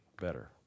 better